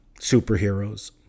superheroes